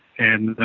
and, ah,